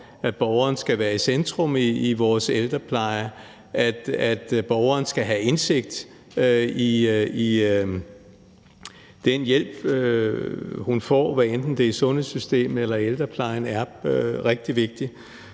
at borgeren skal være i centrum i vores ældrepleje, at borgeren skal have indsigt i den hjælp, hun får, hvad enten det er sundhedssystemet eller ældreplejen, er rigtig vigtig.